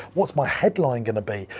what's my headline gonna be?